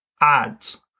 ads